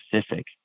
specific